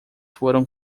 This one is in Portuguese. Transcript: foram